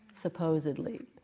supposedly